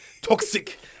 Toxic